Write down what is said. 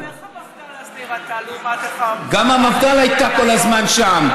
איך המפד"ל, גם המפד"ל הייתה כל הזמן שם.